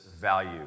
value